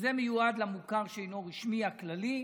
שזה מיועד למוכר שאינו רשמי הכללי,